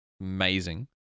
amazing